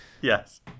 Yes